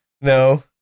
No